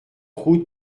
route